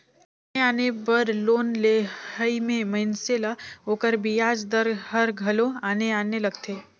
आने आने बर लोन लेहई में मइनसे ल ओकर बियाज दर हर घलो आने आने लगथे